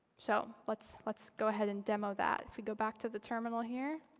so, let's let's go ahead and demo that. if we go back to the terminal here,